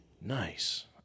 Nice